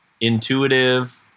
intuitive